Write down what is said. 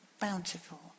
bountiful